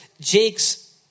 Jake's